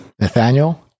Nathaniel